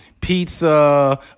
pizza